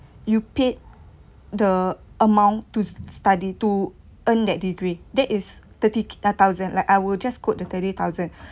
that you paid the amount to study to earn that degree that is thirty thousand like I will just quote the thirty thousand